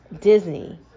Disney